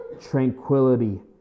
Tranquility